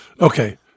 Okay